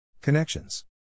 Connections